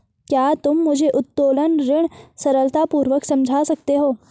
क्या तुम मुझे उत्तोलन ऋण सरलतापूर्वक समझा सकते हो?